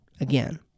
again